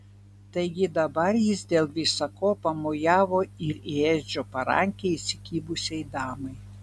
taigi dabar jis dėl visa ko pamojavo ir į edžio parankę įsikibusiai damai